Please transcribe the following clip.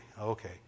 okay